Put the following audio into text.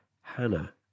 Hannah